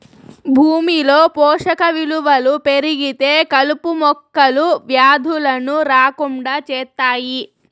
భూమిలో పోషక విలువలు పెరిగితే కలుపు మొక్కలు, వ్యాధులను రాకుండా చేత్తాయి